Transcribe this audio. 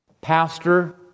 pastor